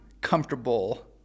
comfortable